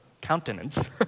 Countenance